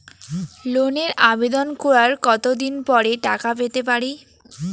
লোনের আবেদন করার কত দিন পরে টাকা পেতে পারি?